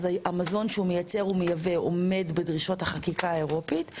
המזון שהוא מייצר או מייבא עומד בדרישות החקיקה האירופית.